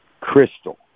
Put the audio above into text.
crystal